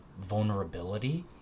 vulnerability